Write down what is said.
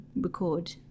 record